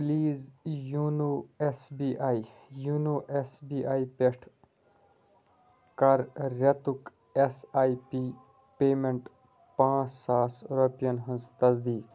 please YONO S B I YONO S B I پٮ۪ٹھ کَر رٮ۪تُک ایس آٮٔی پی پیمٮ۪نٛٹ پانٛژھ ساس رۄپیَن ہٕنٛز تصدیٖق